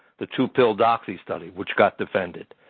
the two-pill doxy study, which got defended.